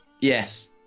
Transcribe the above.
Yes